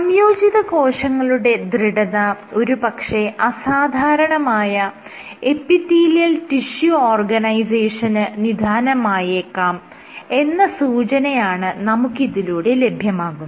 സംയോജിത കോശങ്ങളുടെ ദൃഢത ഒരു പക്ഷെ അസാധാരണമായ എപ്പിത്തീലിയൽ ടിഷ്യൂ ഓർഗനൈസേഷന് നിദാനമായേക്കാം എന്ന സൂചനയാണ് നമുക്ക് ഇതിലൂടെ ലഭ്യമാകുന്നത്